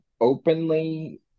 openly